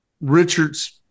Richards